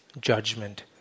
Judgment